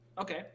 Okay